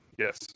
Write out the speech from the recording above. Yes